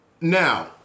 now